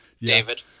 David